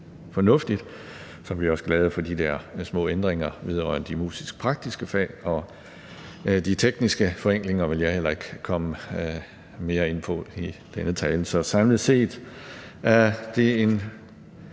fornuftigt. Så er vi også glade for de der små ændringer vedrørende de musisk-praktiske fag De tekniske forenklinger vil jeg heller ikke komme mere ind på i denne tale, så samlet set er det et